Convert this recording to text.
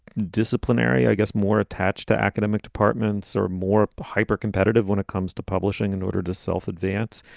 disciplinary, i guess, more attached to academic departments or more hypercompetitive when it comes to publishing in order to self advance,